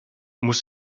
muss